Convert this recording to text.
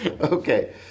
Okay